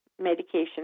medication